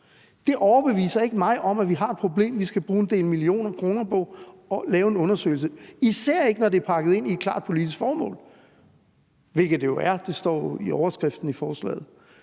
ikke overbeviser mig om, at vi har et problem, vi skal bruge en del millioner kroner på at lave en undersøgelse af, især ikke når det er pakket ind i et klart politisk formål, hvilket det jo er, det står jo i overskriften i forslaget.